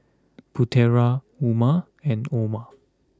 Putera Umar and Omar